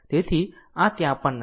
તેથી આ ત્યાં પણ નથી